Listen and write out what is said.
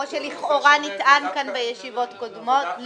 כמו שלכאורה נטען כאן בישיבות קודמות.